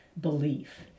belief